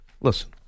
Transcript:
listen